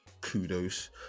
kudos